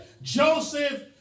Joseph